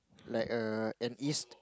like a an ease